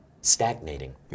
stagnating